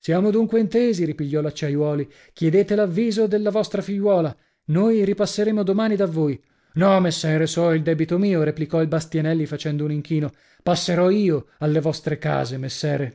siamo dunque intesi ripigliò l'acciaiuoli chiedete l'avviso della vostra figliuola noi ripasseremo domani da voi no messere so il debito mio replicò il bastianelli facendo un inchino passerò io alle vostre case messere